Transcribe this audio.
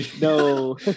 No